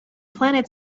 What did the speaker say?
planet